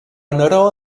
neró